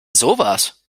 sowas